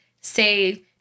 say